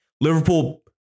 Liverpool